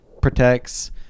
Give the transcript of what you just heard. protects